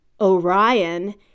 Orion